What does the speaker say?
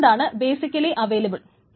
അതുകൊണ്ടാണ് basically available